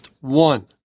one